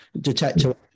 detector